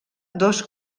dos